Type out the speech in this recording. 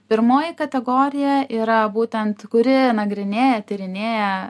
pirmoji kategorija yra būtent kuri nagrinėja tyrinėja